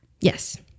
Yes